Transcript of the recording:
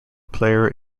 player